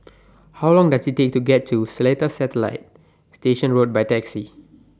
How Long Does IT Take to get to Seletar Satellite Station Road By Taxi